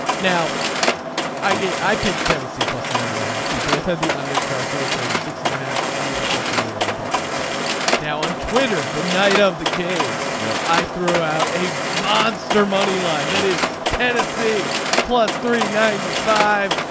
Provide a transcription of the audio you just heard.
now i guess i picked tennessee plus nine and a half we both had the under correctly at forty six and a half. you unfortunately you're on baltimore set now on twitter the night of the game. no i threw out a monster money line that is tennessee plus three ninety five.